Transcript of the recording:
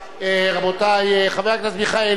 רבותי, חבר הכנסת מיכאלי,